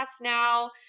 now